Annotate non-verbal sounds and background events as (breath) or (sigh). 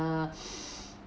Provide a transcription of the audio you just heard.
(breath)